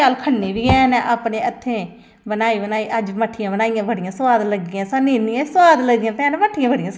इह्दे एलावा होर जेह्ड़ियां स्हूलतां नै जिमीदारें बास्तै